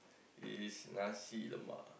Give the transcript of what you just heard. is nasi-lemak